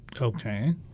Okay